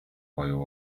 koju